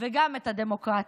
וגם את הדמוקרטיה.